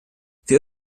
für